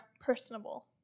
personable